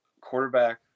quarterback